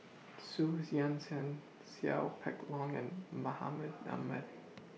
Xu Zhen Seow Peck Long and Mahmud Ahmad